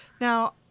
Now